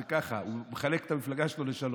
זה ככה: הוא מחלק את המפלגה שלו לשלושה: